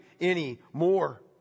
anymore